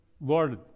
Lord